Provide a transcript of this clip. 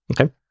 Okay